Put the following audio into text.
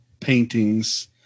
paintings